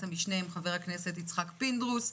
המשנה עם חבר הכנסת יצחק פינדרוס,